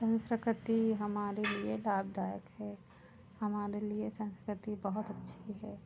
संस्कृति हमारे लिए लाभदायक है हमारे लिए संस्कृति बहुत अच्छी है